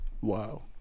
wow